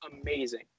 amazing